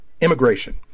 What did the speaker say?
immigration